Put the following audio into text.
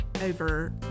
over